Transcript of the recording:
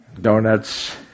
donuts